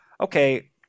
okay